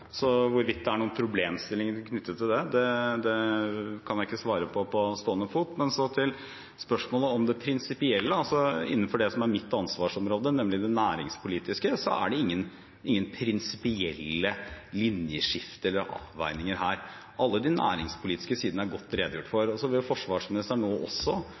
så hvorvidt det er noen problemstillinger knyttet til det, kan jeg ikke svare på på stående fot. Men så til spørsmålet om det prinsipielle: Innenfor det som er mitt ansvarsområde, nemlig det næringspolitiske, er det ikke noe prinsipielt linjeskifte eller noen prinsipielle avveininger her. Alle de næringspolitiske sidene er godt redegjort for. Så vil forsvarsministeren